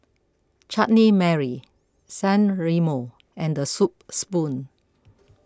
Chutney Mary San Remo and the Soup Spoon